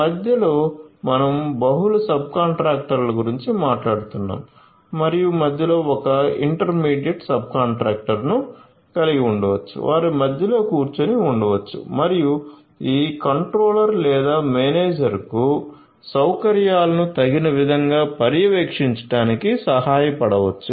మధ్యలో మనం బహుళ సబ్ కాంట్రాక్టర్ల గురించి మాట్లాడుతున్నాము మరియు మధ్యలో ఒక ఇంటర్మీడియట్ సబ్ కాంట్రాక్టర్ను కలిగి ఉండవచ్చు వారు మధ్యలో కూర్చొని ఉండవచ్చు మరియు ఈ కంట్రోలర్ లేదా మేనేజర్కు సౌకర్యాలను తగిన విధంగా పర్యవేక్షించడానికి సహాయపడవచ్చు